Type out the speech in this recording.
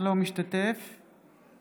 בהצבעה